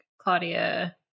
claudia